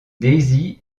daisy